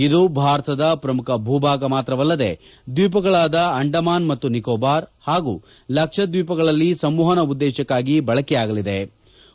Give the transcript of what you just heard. ಇದು ಭಾರತದ ಪ್ರಮುಖ ಭೂ ಭಾಗ ಮಾತ್ರವಲ್ಲದೆ ದ್ವೀಪಗಳಾದ ಅಂಡಮಾನ್ ಮತ್ತು ನಿಕೋಬಾರ್ ಹಾಗೂ ಲಕ್ಷದ್ವೀಪಗಳಲ್ಲಿ ಸಂವಹನ ಉದ್ದೇಶಕ್ಷಾಗಿ ಬಳಕೆಯಾಗಲಿದೆ ಮಾಡಲಾಗುವುದು